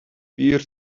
peer